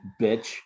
bitch